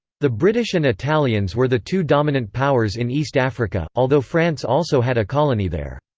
the british and italians were the two dominant powers in east africa, although france also had a colony there.